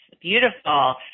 beautiful